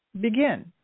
begin